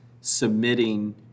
submitting